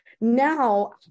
Now